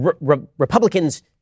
Republicans